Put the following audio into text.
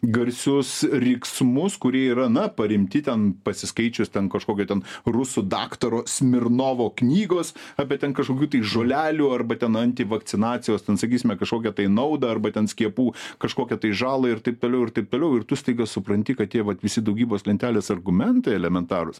garsius riksmus kurie yra na paremti ten pasiskaičius ten kažkokio ten rusų daktaro smirnovo knygos apie ten kažkokių tai žolelių arba ten anti vakcinacijos ten sakysime kažkokią tai naudą arba ten skiepų kažkokią tai žalą ir taip toliau ir taip toliau ir tu staiga supranti kad tie vat visi daugybos lentelės argumentai elementarūs